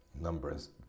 numbers